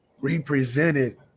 represented